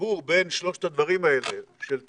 החיבור בין שלושת הדברים האלה, של צורך,